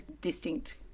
distinct